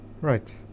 Right